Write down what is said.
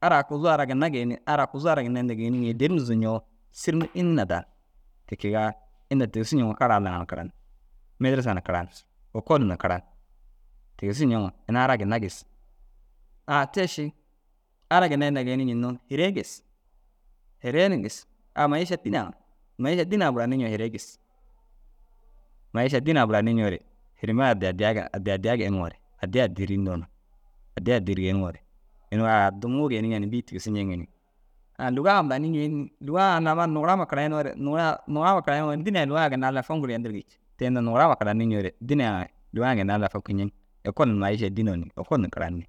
Ara akuzuu ara ginna geenii ara akuzuu ara ginna inda geenni ñii dêri nuuzu ñoo sîri înni na danni. Ti kegaa inda tigisu ñeŋoo kara Alla ŋa karan, mêderesa na karan, ekol na karan. Tigisu ñeŋoo ina ara ginna gis, haa te ši ara ginna inda geenii ñênnoo hiriye gis. Hiriye ni gis amma iše dînaa maiiša dînaa, maiiša dînaa buranii ñoo hiriye gis. Maiiša dînaa buranii ñoore hirima addi addiya ga addi addiya geenuŋore addii addii ru înni yoo na addi addi ru geeniŋore inuu a addimuu geenii ñoo na bîi tigisu ñeŋi ni. A lûwaa ŋa buranii ñoo înni? Lûwaa a unnu ama lugurama karayinoore nuwuraa luwurama karayinoore ini dînaa ye lûwaa ye ginna Allai foŋkir yendirigi i̧ci. Te inda luwurama karanii ñoore dînaa ŋa ye lûwaa ŋa ginna Allai foki ñeŋ. Ekol na maiiše dîne- u ni ekol ni karan ni.